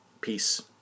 Peace